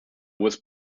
was